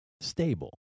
stable